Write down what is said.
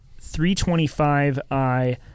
325i